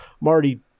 Marty